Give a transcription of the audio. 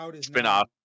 spin-off